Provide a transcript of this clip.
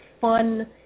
fun